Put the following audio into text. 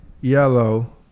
yellow